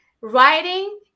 Writing